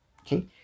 okay